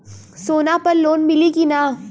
सोना पर लोन मिली की ना?